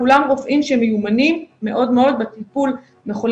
כולם רופאים שמיומנים מאוד מאוד בטיפול בחולים